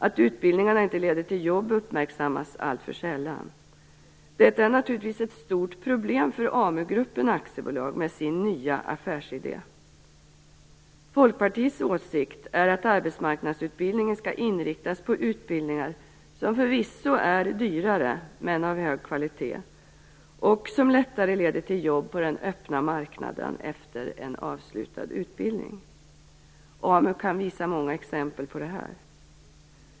Att utbildningarna inte leder till jobb uppmärksammas alltför sällan. Detta är naturligtvis ett stort problem för AmuGruppen AB med sin nya affärsidé. Folkpartiets åsikt är att arbetsmarknadsutbildningen skall inriktas på utbildningar som förvisso är dyrare men av hög kvalitet och som lättare leder till jobb på den öppna marknaden efter en avslutad utbildning. Amu kan visa många exempel på detta.